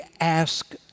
ask